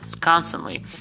constantly